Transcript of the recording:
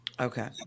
Okay